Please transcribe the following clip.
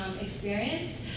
experience